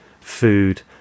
food